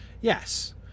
Yes